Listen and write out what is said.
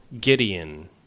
Gideon